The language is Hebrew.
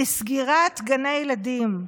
לסגירת גני הילדים,